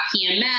PMS